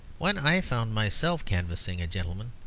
when i found myself canvassing a gentleman,